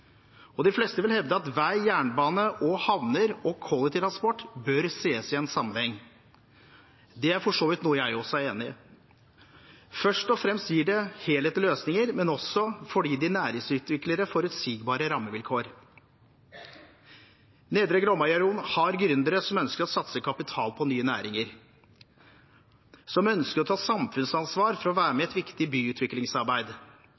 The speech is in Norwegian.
De fleste vil hevde at vei, jernbane, havner og kollektiv transport bør ses i sammenheng. Det er for så vidt noe jeg også er enig i. Først og fremst gir det helhetlige løsninger, men det gir også næringsutviklere forutsigbare rammevilkår. Nedre Glomma-regionen har gründere som ønsker å satse kapital på nye næringer, som ønsker å ta samfunnsansvar og være med i et viktig byutviklingsarbeid.